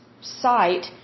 site